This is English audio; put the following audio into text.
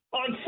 on